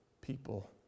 people